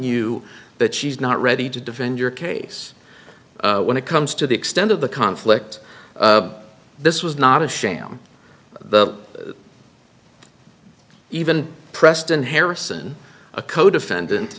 you that she's not ready to defend your case when it comes to the extent of the conflict this was not a sham the even preston harrison a codefendant